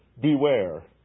Beware